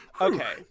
Okay